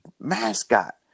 mascot